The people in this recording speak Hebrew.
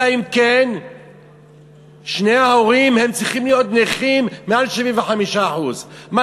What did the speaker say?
אלא אם כן שני ההורים צריכים להיות נכים מעל 75%. מה,